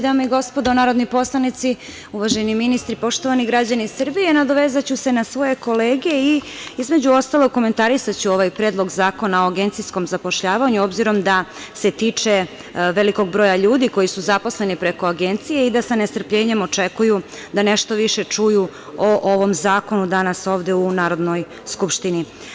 Dame i gospodo narodni poslanici, uvaženi ministri, poštovani građani Srbije, nadovezaću se na svoje kolege i između ostalog komentarisaću ovaj Predlog zakona o agencijskom zapošljavanju, obzirom da se tiče velikog broja ljudi koji su zaposleni preko agencije i da sa ne strpljenjem očekuju da nešto više čuju o ovom zakonu danas ovde u Narodnoj skupštini.